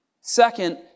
Second